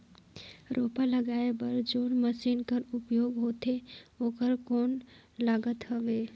रोपा लगाय बर जोन मशीन कर उपयोग होथे ओकर कौन लागत हवय?